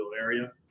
area